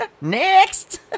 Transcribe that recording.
Next